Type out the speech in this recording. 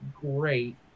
great